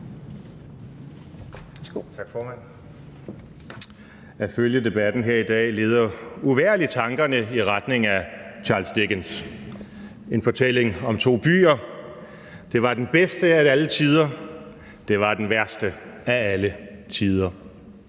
At følge debatten her i dag leder uvægerligt tankerne i retning af Charles Dickens' »En fortælling om to byer«: Det var den bedste af alle tider, det var den værste af alle tider